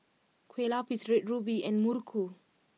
Kueh Lupis Red Ruby and Muruku